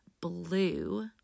blue